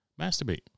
masturbate